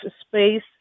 space